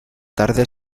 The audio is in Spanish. tarde